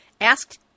asked